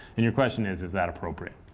and your question is, is that appropriate?